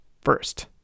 first